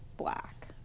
Black